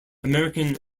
american